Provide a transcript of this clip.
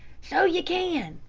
so you can,